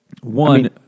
One